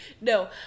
no